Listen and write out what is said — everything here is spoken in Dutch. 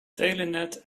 telenet